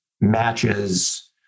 matches